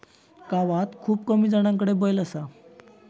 गावात खूप कमी जणांकडे बैल असा